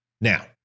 Now